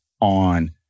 on